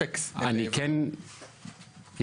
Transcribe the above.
אני כן אגיד